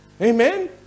Amen